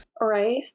Right